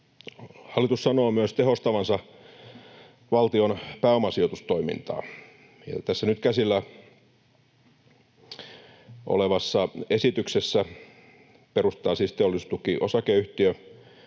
Hallitus sanoo myös tehostavansa valtion pääomasijoitustoimintaa, ja tässä nyt käsillä olevassa esityksessä perustetaan siis Teollisuustuki-osakeyhtiö,